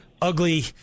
ugly